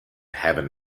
heaven